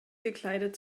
gekleidet